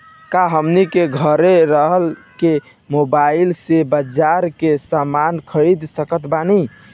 का हमनी के घेरे रह के मोब्बाइल से बाजार के समान खरीद सकत बनी?